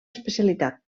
especialitat